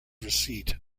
receipt